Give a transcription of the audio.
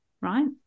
right